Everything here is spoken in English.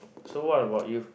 so what about you